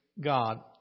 God